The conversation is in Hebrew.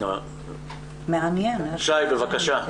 שי בבקשה.